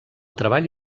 treball